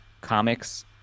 comics